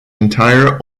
entire